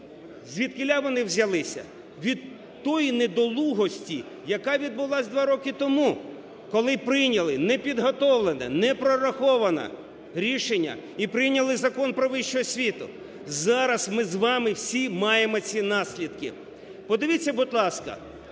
звідкіля вони взялися? Від тої недолугості, яка відбулась 2 роки тому, коли прийняли непідготовлене, непрораховане рішення і прийняли Закон "Про вищу освіту". Зараз ми з вами всі маємо ці наслідки. Подивіться, будь ласка,